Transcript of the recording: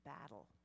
battle